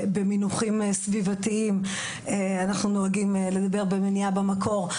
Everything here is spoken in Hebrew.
במינוחים סביבתיים אנחנו נוהגים לדבר על מניעה במקור,